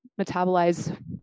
metabolize